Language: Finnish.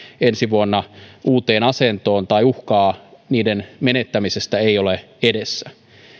ensi vuonna uuteen asentoon tai uhkaa niiden menettämisestä ei ole edessä